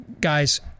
guys